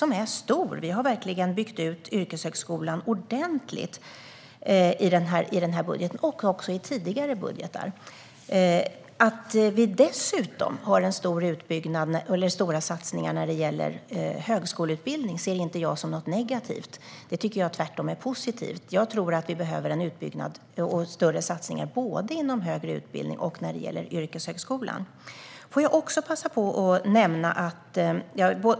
Den är stor - vi har verkligen byggt ut yrkeshögskolan ordentligt i budgeten, och även i tidigare budgetar. Att vi dessutom har stora satsningar på högskoleutbildning ser jag inte som något negativt, utan det tycker jag tvärtom är positivt. Jag tror att vi behöver en utbyggnad och större satsningar både inom högre utbildning och inom yrkeshögskolan. Jag vill passa på att nämna en annan sak.